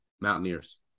Mountaineers